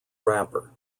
wrapper